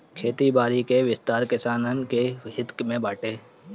खेती बारी कअ विस्तार किसानन के हित में बाटे